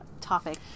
topic